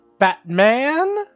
Batman